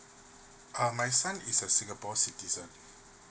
uh my son is a singapore citizen